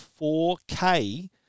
4K